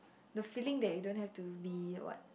the feeling that you don't have to be what